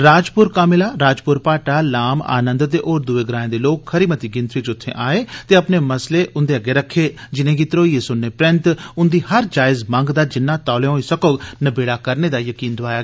राजपुर कामिला राजपुर भाट्टा लाम आनंद ते होर दुए ग्राएं दे लोक खरी मती गिनतरी च उत्यें आए ते अपने मसले उंदे अग्गे रखे जिनेंगी धरोइयै सुनने परैंत उंदी हर जायज मंग दा जिन्ना तौले होइ सकोग नबेड़ा करने दा जकीन दोआया